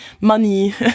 money